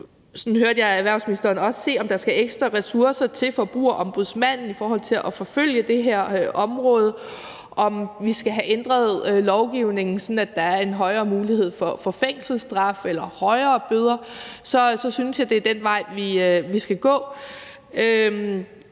til at se, om der skal ekstra ressourcer til Forbrugerombudsmanden med hensyn til at forfølge det her område, og om vi skal have ændret lovgivningen, sådan at der er en større mulighed for at give fængselsstraf eller højere bøder – at det er den vej, vi skal gå.